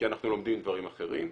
כי אנחנו לומדים דברים אחרים,